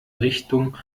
richtung